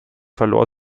verlor